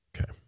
Okay